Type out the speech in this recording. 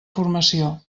formació